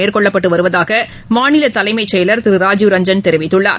மேற்கொள்ளப்பட்டுவருவதாகமாநிலதலைமைச்செயலர் திருராஜீவ் ரஞ்சன் தெரிவித்துள்ளார்